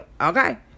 okay